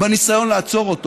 בניסיון לעצור אותו.